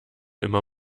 immer